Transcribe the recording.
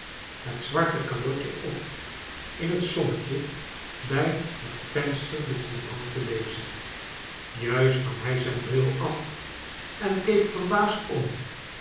het zwarle calotje op in het zonnetje bij het venster de courant te lezen juist nam hij zijn bril af en keek verbaasd om